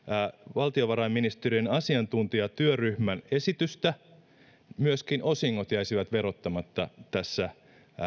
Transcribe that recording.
valtiovarainministeriön asiantuntijatyöryhmän esitystä myöskin osingot jäisivät verottamatta tässä